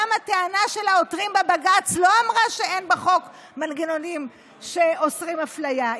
גם הטענה של העותרים בבג"ץ לא אמרה שאין בחוק מנגנונים שאוסרים אפליה,